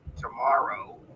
tomorrow